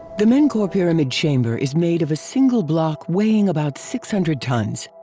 the menkaure pyramid chamber is made of a single block weighing about six hundred tons.